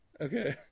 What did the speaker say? Okay